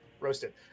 roasted